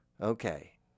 Okay